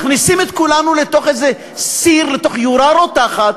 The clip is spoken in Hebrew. מכניסים את כולנו לתוך איזה סיר, לתוך יורה רותחת,